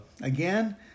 Again